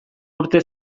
urte